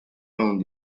own